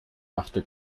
machte